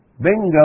Bingo